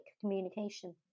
communication